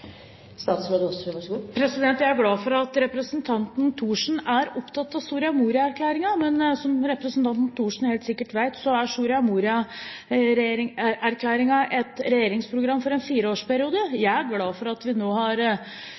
Jeg er glad for at representanten Thorsen er opptatt av Soria Moria-erklæringen, men som representanten helt sikkert vet, er Soria Moria-erklæringen et regjeringsprogram for en fireårsperiode. Jeg er glad for at vi nå – for første gang på lenge – har